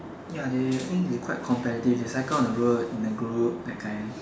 ya they think they quite competitive they cycle on the road in a group that kind